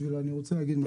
כי אני רוצה להגיד משהו.